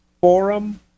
forum